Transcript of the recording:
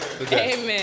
Amen